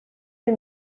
you